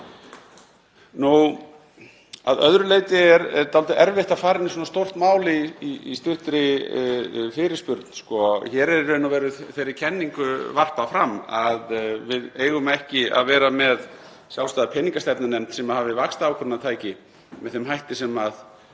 Að öðru leyti er dálítið erfitt að fara inn í svona stórt mál í stuttri fyrirspurn. Hér er í raun og veru þeirri kenningu varpað fram að við eigum ekki að vera með sjálfstæða peningastefnunefnd sem hafi vaxtaákvörðunartæki með þeim hætti sem á